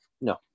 no